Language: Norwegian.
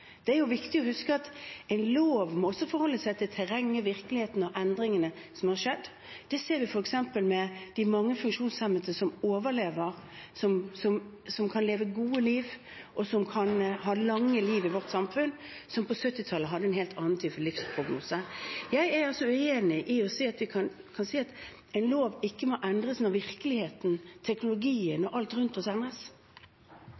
Det er jo viktig å huske at en lov må også forholde seg til terrenget, virkeligheten og endringene som har skjedd. Det ser vi f.eks. med de mange funksjonshemmede som overlever, som kan leve et godt liv, og som kan ha et langt liv i vårt samfunn, men som på 1970-tallet hadde en helt annen type livsprognose. Jeg er altså uenig når man sier at en lov ikke må endres, når virkeligheten, teknologien